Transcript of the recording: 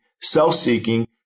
self-seeking